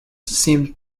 seemed